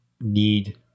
need